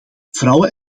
vrouwen